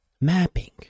mapping